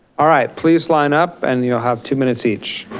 all right, please line up and you'll have two minutes each.